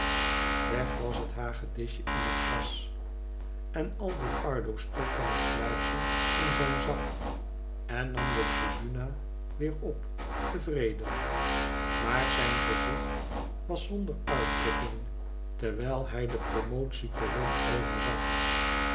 weg was hec hagedisje in het gras en aldo ardo stopte het fluitje in zijn zak en nam de tribuna weer op tevreden maar zijn gezicht was zonder uitdrukking terwijl hij de promotiekolom overzag